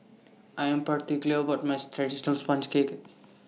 I Am particular about My Traditional Sponge Cake